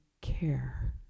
care